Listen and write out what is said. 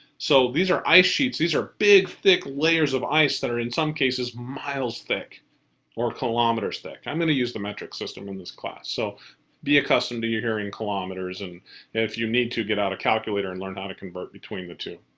so, these are ice sheets. these are big, thick layers of ice that are in some cases miles thick or kilometer thick. i'm going to use the metric system in this class, so be accustomed to hearing kilometers, and if you need to, get out a calculator and learn how to convert between the two